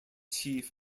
chief